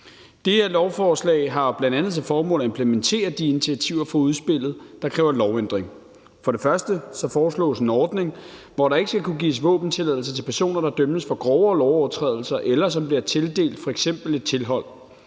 Det her lovforslag har bl.a. til formål at implementere de initiativer fra udspillet, der kræver lovændring. For det første foreslås en ordning, hvor der ikke skal kunne gives våbentilladelse til personer, der dømmes for grovere lovovertrædelser, eller som f.eks. bliver tildelt et tilhold.